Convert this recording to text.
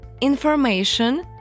information